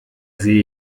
sehe